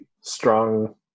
strong